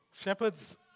Shepherds